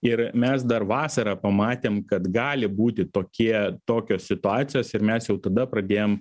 ir mes dar vasarą pamatėm kad gali būti tokie tokios situacijos ir mes jau tada pradėjom